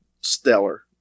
stellar